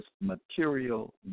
material